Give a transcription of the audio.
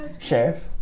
sheriff